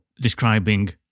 describing